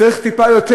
צריך יותר להתרחב,